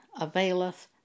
availeth